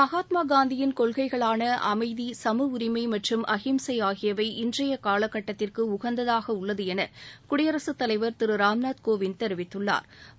மகாத்மா காந்தியின் கொள்கைகளான அமைதி சம உரிமை மற்றும் அகிம்சை ஆகியவை இன்றைய காலக்கட்டத்திற்கு உகந்ததாக உள்ளது என குடியரசுத் தலைவர் திரு ராம்நாத் கோவிந்த் தெரிவித்துள்ளாா்